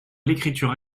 l’écriture